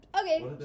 Okay